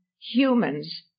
humans